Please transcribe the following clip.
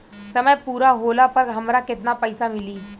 समय पूरा होला पर हमरा केतना पइसा मिली?